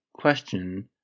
question